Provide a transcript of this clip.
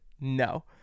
no